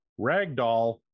Ragdoll